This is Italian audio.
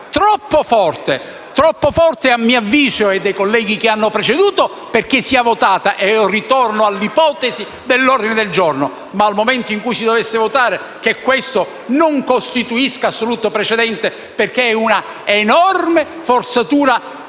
troppo forte, ad avviso mio e dei colleghi che mi hanno preceduto, perché sia votata. E ritorno all'ipotesi dell'ordine del giorno. Ma al momento in cui si dovesse votare, che questo non costituisca assolutamente un precedente, perché è un'enorme forzatura - questa